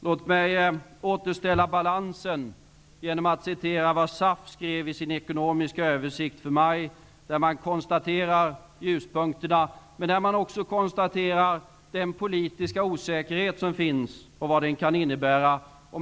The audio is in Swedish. Låt mig återställa balansen genom att nämna vad SAF har skrivit i sin ekonomiska översikt för maj. SAF konstaterar att det finns ljuspunkter, men konstaterar också att det finns politisk osäkerhet och vad den kan innebära.